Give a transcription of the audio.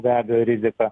be abejo rizika